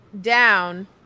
down